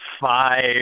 five